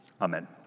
amen